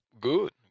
Good